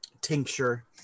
tincture